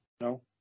No